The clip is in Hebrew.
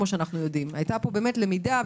היתה פה באמת למידה.